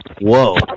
Whoa